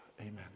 Amen